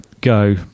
go